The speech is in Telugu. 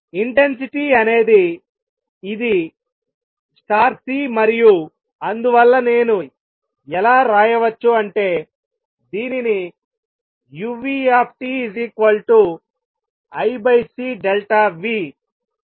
ఇంటెన్సిటీ అనేది ఇది C మరియు అందువల్ల నేను ఎలా రాయవచ్చు అంటేదీనిని uT Ic